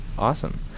Awesome